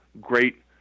Great